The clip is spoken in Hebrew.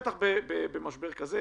בטח לא במשבר כזה.